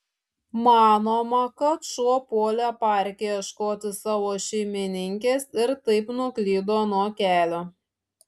manoma kad šuo puolė parke ieškoti savo šeimininkės ir taip nuklydo nuo kelio